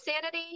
sanity